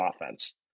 offense